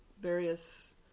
various